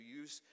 use